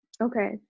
Okay